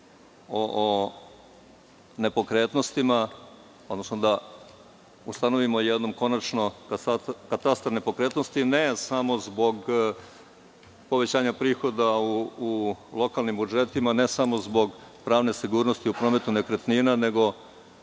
o nepokretnostima, odnosno da ustanovimo katastar nepokretnosti, i to ne samo zbog povećanja prihoda u lokalnim budžetima, ne samo zbog pravne sigurnosti u prometu nekretnina, nego